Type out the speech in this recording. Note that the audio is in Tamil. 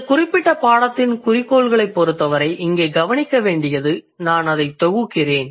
இந்தக் குறிப்பிட்ட பாடத்தின் குறிக்கோள்களைப் பொறுத்தவரை இங்கே கவனிக்க வேண்டியது நான் அதைத் தொகுக்கிறேன்